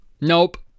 Nope